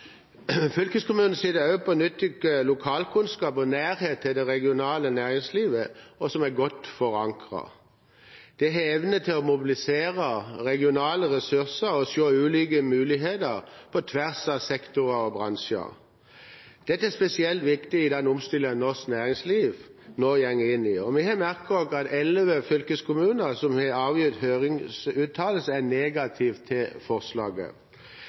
lokalkunnskap og nærhet til det regionale næringslivet, som er godt forankret. De har evne til å mobilisere regionale ressurser og se ulike muligheter på tvers av sektorer og bransjer. Dette er spesielt viktig i den omstillingen norsk næringsliv nå går inn i. Vi har merket oss at elleve fylkeskommuner som har avgitt høringsuttalelse, er negative til forslaget.